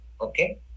okay